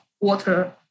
water